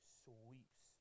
sweeps